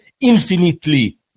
infinitely